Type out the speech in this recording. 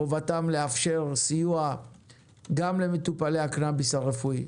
חובתם לאפשר סיוע גם למטופלי הקנביס הרפואי.